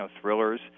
thrillers